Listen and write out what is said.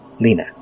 lena